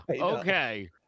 Okay